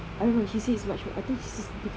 I don't know she said it's much much I think it's difficult